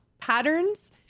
patterns